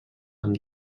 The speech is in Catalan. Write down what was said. amb